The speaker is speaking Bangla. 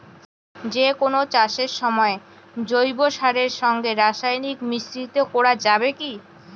যে কোন চাষের সময় জৈব সারের সঙ্গে রাসায়নিক মিশ্রিত করা যাবে কি?